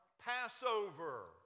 Passover